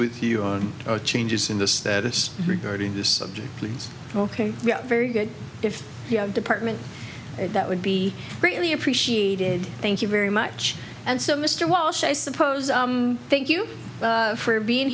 with you on changes in the status regarding this subject please ok very good if you have department that would be greatly appreciated thank you very much and so mr walsh i suppose i thank you for being